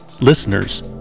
listeners